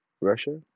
Russia